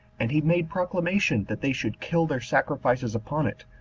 and he made proclamation that they should kill their sacrifices upon it,